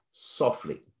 softly